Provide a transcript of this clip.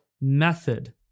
method